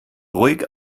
ruhig